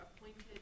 appointed